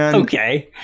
and okay,